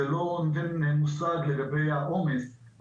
זה לא נותן מושג לגבי העומס.